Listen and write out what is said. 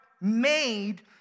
made